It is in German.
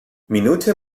minute